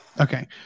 Okay